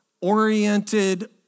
oriented